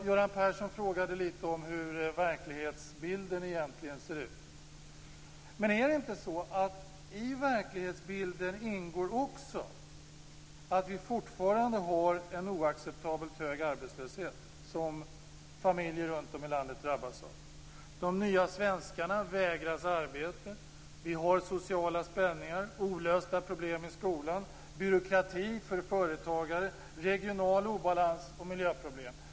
Göran Persson frågade hur verklighetsbilden egentligen ser ut. Men är det inte så att i verklighetsbilden ingår också att vi fortfarande har en oacceptabelt hög arbetslöshet som familjer runtom i landet drabbas av? De nya svenskarna vägras arbete, vi har sociala spänningar, olösta problem i skolan, byråkrati för företagare, regional obalans och miljöproblem.